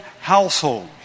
household